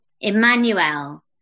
Emmanuel